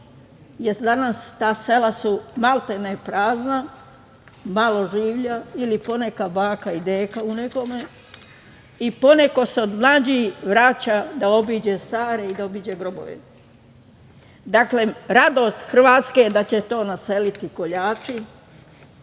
su danas ta sela su maltene prazna, malo življa ili poneka baka i deka i poneko se od mlađih vraća da obiđe stare i da obiđe grobove. Dakle, radost Hrvatske da će to naseliti koljači,